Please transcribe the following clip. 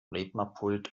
rednerpult